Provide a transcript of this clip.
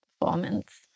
performance